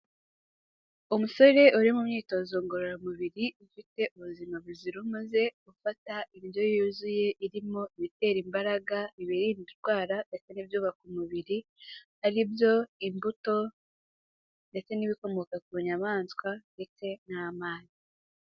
Umusore uri mu myitozo ngororamubiri, ufite ubuzima buzira umuze, ufata indyo yuzuye irimo ibitera imbaraga, ibirinda indwara ndetse n'ibyubaka umubiri, ari byo imbuto ndetse n'ibikomoka ku nyamaswa ndetse n'amazi.